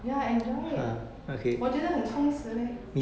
ya I enjoy 我觉得很充实 leh